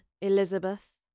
Elizabeth